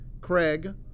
Craig